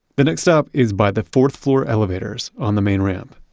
the next stop is by the fourth-floor elevators on the main ramp.